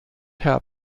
herr